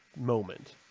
moment